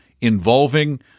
involving